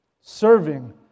serving